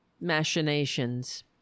machinations